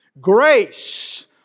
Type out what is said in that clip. Grace